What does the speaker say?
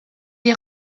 est